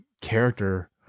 character